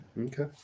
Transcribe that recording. Okay